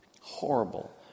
Horrible